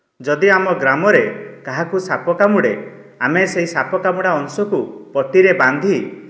ଯଦି ଆମ ଗ୍ରାମରେ କାହାକୁ ସାପ କାମୁଡ଼େ ଆମେ ସେହି ସାପ କାମୁଡ଼ା ଅଂଶକୁ ପଟିରେ ବାନ୍ଧି